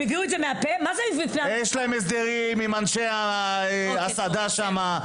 יש להם הסדרים עם אנשי ההסעדה שם.